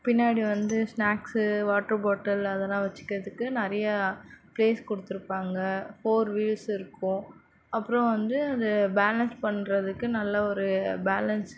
பின்னாடி வந்து snacks water bottle அதல்லாம் வச்சுக்கிறதுக்கு நிறைய ப்ளேஸ் கொடுத்துருப்பாங்க ஃபோர் வீல்ஸ் இருக்கும் அப்றம் வந்து அது பேலன்ஸ் பண்ணுறதுக்கு நல்லா ஒரு பேலன்ஸ்